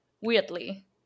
Weirdly